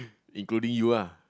including you ah